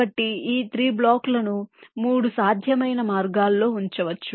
కాబట్టి ఈ 3 బ్లాకులను 3 సాధ్యమైన మార్గాల్లో ఉంచవచ్చు